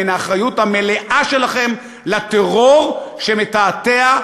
מן האחריות המלאה שלכם לטרור שמתעתע,